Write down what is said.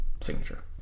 signature